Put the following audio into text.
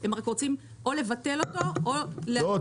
הם רק רוצים או לבטל אותו או --- לא,